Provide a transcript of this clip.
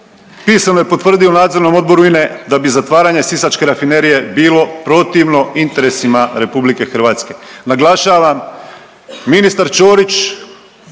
pisano je potvrdio u Nadzornom odboru INA-e da bi zatvaranje sisačke rafinerije bilo protivno interesima RH, naglašavam, ministar Ćorić